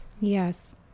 yes